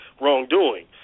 wrongdoing